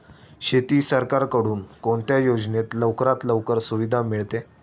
शेतीसाठी सरकारकडून कोणत्या योजनेत लवकरात लवकर सुविधा मिळते?